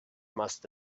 must